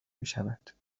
میشود